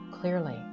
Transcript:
clearly